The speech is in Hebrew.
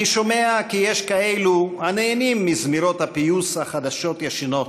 אני שומע כי יש שנהנים מזמירות הפיוס החדשות-ישנות